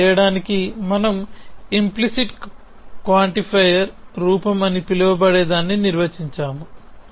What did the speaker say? అలా చేయడానికి మనము ఇoప్లిసిట్ క్వాంటిఫైయర్ రూపం అని పిలవబడేదాన్ని నిర్వచించాము